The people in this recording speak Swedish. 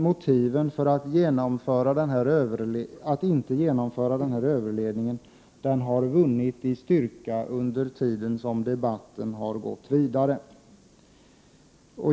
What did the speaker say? Motiven för att inte genomföra denna överledning har således vunnit i styrka under den tid som debatten har gått vidare.